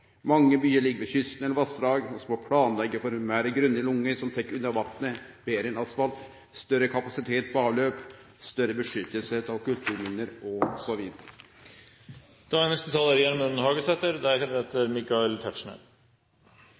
Mange byar ligg ved kysten eller vassdrag. Vi må planleggje for fleire grøne lunger, som tek unna vatnet betre enn asfalt, større kapasitet på avløp, større beskyttelse av kulturminne osv. Det er